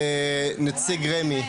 נציג רמ"י,